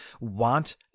want